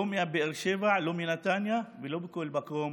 לא מבאר שבע, לא מנתניה ולא מכל מקום